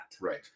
Right